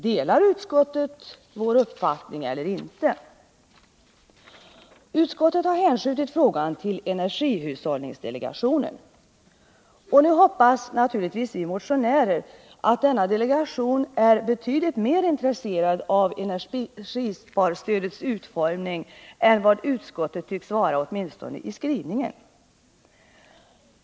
Delar utskottet vår uppfattning eller inte? Utskottet har hänskjutit frågan till energihushållningsdelegationen. Nu hoppas naturligtvis vi motionärer att denna delegation är betydligt mer intresserad av energisparstödets utformning än vad utskottet tycks vara, åtminstone i skrivningen.